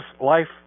life